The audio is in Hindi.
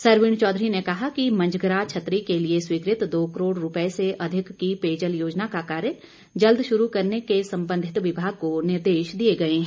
सरवीण चौधरी ने कहा कि मंझग्रा छतरी के लिए स्वीकृत दो करोड़ रुपये से अधिक की पेयजल योजना का कार्य जल्द शुरू करने के संबधित विभाग को निर्देश दिए गए में हैं